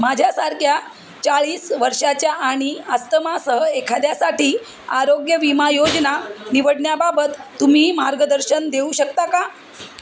माझ्यासारख्या चाळीस वर्षाच्या आणि अस्तमासह एखाद्यासाठी आरोग्य विमा योजना निवडण्याबाबत तुम्ही मार्गदर्शन देऊ शकता का